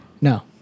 No